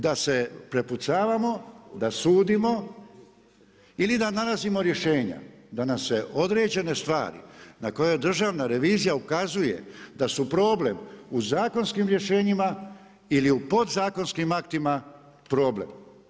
Da se prepucavamo, da sudimo ili da danas imamo rješenja, da nam se određene stvari, na kojoj Državna revizija ukazuje da su problem u zakonskim rješenjima ili u podzakonskim aktima problem.